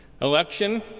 Election